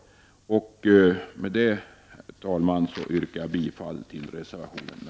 Med detta, herr talman, yrkar jag bifall till reservation 1.